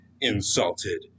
insulted